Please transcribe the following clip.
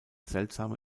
seltsame